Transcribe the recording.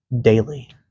daily